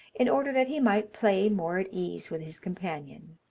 in order that he might play more at ease with his companion.